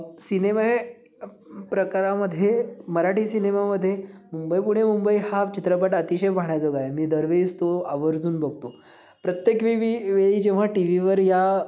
सिनेमे हे प्रकारामध्ये मराठी सिनेमामध्ये मुंबई पुणे मुंबई हा चित्रपट अतिशय पाहण्याजोगा आहे मी दरवेळीस तो आवर्जून बघतो प्रत्येक विवि वेळी जेव्हा टी व्हीवर या